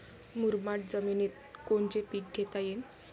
मुरमाड जमिनीत कोनचे पीकं घेता येईन?